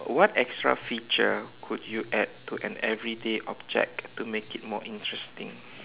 what extra feature could you add to an everyday object to make it more interesting